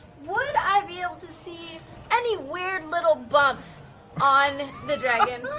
would i be able to see any weird little bumps on the dragon?